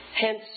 Hence